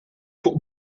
fuq